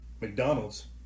McDonald's